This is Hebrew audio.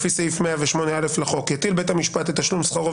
לפי סעיף 108א לחוק יטיל בית המשפט את תשלום שכרו